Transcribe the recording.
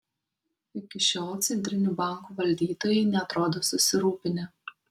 iki šiol centrinių bankų valdytojai neatrodo susirūpinę